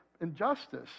injustice